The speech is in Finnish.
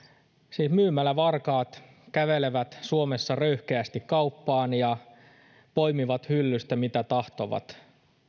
siis myymälävarkaat kävelevät suomessa röyhkeästi kauppaan ja poimivat hyllystä mitä tahtovat